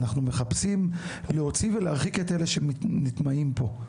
אנחנו מחפשים להוציא ולהרחיק את אלו שנטמעים פה,